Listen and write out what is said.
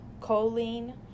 choline